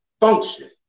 function